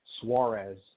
Suarez